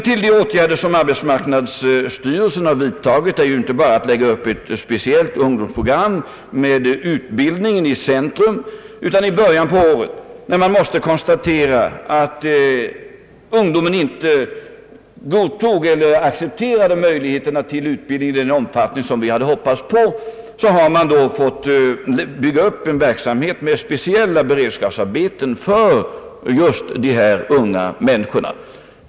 Till de åtgärder arbetsmarknadsstyrelsen vidtagit är inte bara att lägga upp ett speciellt ungdomsprogram med utbildningen i centrum. I början på året, när man måste konstatera, att ungdomen inte accepterade möjligheterna till utbildning i den omfattning som vi hade hoppats på, har man fått bygga upp speciella beredskapsarbeten för just dessa unga människor.